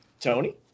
Tony